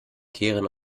kehren